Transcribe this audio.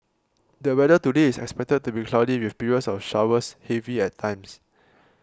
the weather today is expected to be cloudy with periods of showers heavy at times